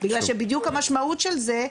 אלא שבדיוק המשמעות שלה זה,